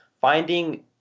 finding